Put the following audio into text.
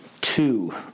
two